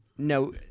No